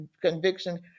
conviction